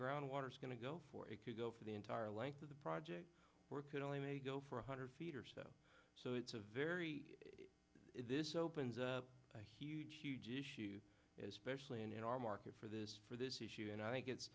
ground water's going to go for it to go for the entire length of the project or could only may go for one hundred feet or so so it's a very this opens up a huge huge issue as specially in our market for this for this issue and i think it's